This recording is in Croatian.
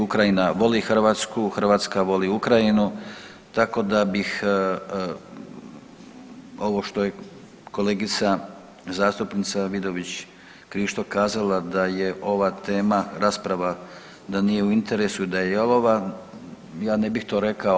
Ukrajina voli Hrvatsku, Hrvatska voli Ukrajinu tako da bih ovo što je kolegica zastupnica Vidović Krišto kazala da je ova tema, rasprava da nije u interesu, da je jalova ja ne bih to rekao.